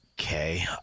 Okay